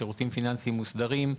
שירותים פיננסיים מוסדרים,